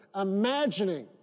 imagining